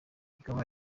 ikaba